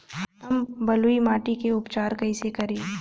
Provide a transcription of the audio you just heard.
हम बलुइ माटी के उपचार कईसे करि?